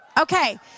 Okay